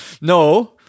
No